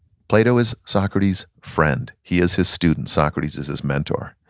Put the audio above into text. plato is socrates friend. he is his student, socrates is his mentor.